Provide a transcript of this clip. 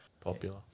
popular